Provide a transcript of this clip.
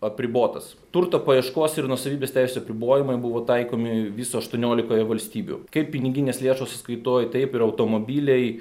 apribotas turto paieškos ir nuosavybės teisių apribojimai buvo taikomi viso aštuoniolikoje valstybių kaip piniginės lėšos sąkaitoj taip ir automobiliai